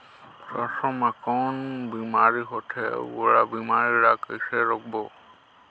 सरसो मा कौन बीमारी होथे अउ ओला बीमारी ला कइसे रोकबो?